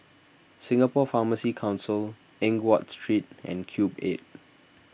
Singapore Pharmacy Council Eng Watt Street and Cube eight